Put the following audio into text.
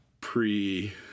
pre